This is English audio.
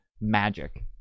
magic